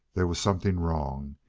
there was something wrong.